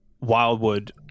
wildwood